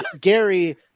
gary